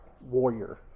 warrior